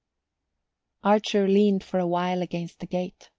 archer leaned for a while against the gate.